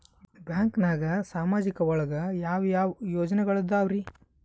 ಬ್ಯಾಂಕ್ನಾಗ ಸಾಮಾಜಿಕ ಒಳಗ ಯಾವ ಯಾವ ಯೋಜನೆಗಳಿದ್ದಾವ್ರಿ?